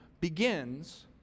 begins